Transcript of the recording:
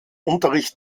unterricht